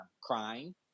crying